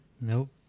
Nope